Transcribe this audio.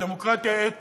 יש דמוקרטיה אתנית,